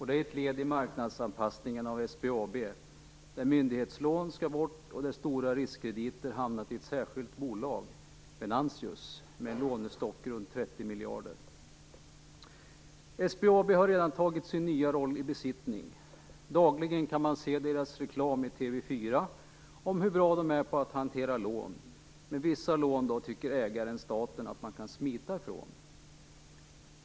Det är ett led i marknadsanpassningen av SBAB, där myndighetslån skall bort och där stora riskkrediter hamnar i ett särskilt bolag, Venantius, med en lånestock om runt 30 miljarder kronor. SBAB har redan iklätt sig sin nya roll. Dagligen kan man i TV 4 se företagets reklam om hur bra det är på att hantera lån. Vissa lån tycker dock ägaren/staten att man kan smita från.